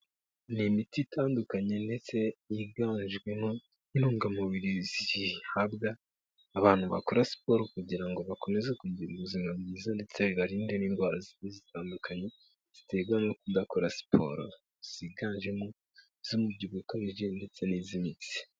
Ni imiti itandukanye ndetse yiganjwemo n'intungamubiri zihabwa abantu bakora siporo kugira ngo bakomeze kugira ubuzima bwiza ndetse bibarinde n'indwara zigiye zitandukanye ziterwa no kudakora siporo, ziganjemo iz'umubyibuho ukabije ndetse n'iz'imitsi.